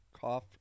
cough